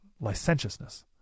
Licentiousness